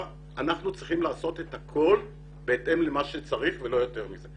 אנחנו צריכים לעשות הכול בהתאם למה שצריך ולא יותר מזה.